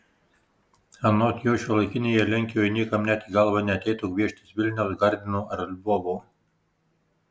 anot jo šiuolaikinėje lenkijoje niekam net į galvą neateitų gvieštis vilniaus gardino ar lvovo